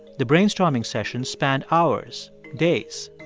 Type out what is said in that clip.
the brainstorming sessions spanned hours, days,